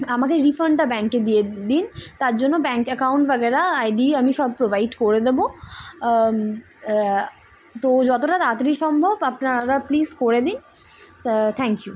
আমাকে রিফান্ডটা ব্যাংকে দিয়ে দিন তার জন্য ব্যাংক অ্যাকাউন্ট আইডি আমি সব প্রোভাইড করে দেবো তো যতটা তাড়াতাড়ি সম্ভব আপনারা প্লিস করে দিন থ্যাংক ইউ